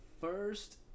first